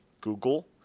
Google